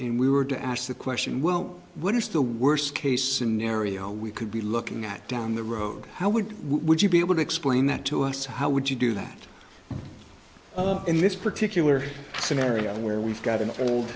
and we were to ask the question well what are still worst case scenario we could be looking at down the road how would we would you be able to explain that to us how would you do that in this particular scenario where we've got an old